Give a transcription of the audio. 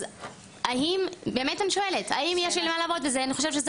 אז האם באמת אני שואלת, האם יש לי למה לעבוד?